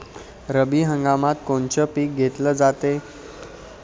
रब्बी हंगामात कोनचं पिक घेतलं जाते?